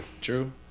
True